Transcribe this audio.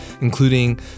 including